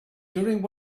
during